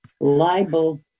libel